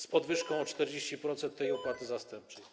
z podwyżką o 40% opłaty zastępczej?